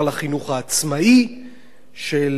של אגודת ישראל,